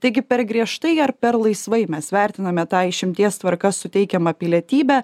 taigi per griežtai ar per laisvai mes vertiname tą išimties tvarka suteikiamą pilietybė